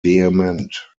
vehement